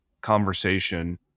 conversation